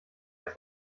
als